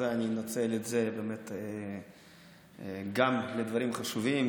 אני אנצל את הזמן גם לדברים חשובים,